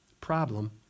problem